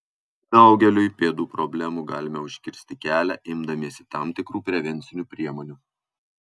daugeliui pėdų problemų galime užkirsti kelią imdamiesi tam tikrų prevencinių priemonių